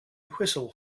whistle